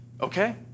okay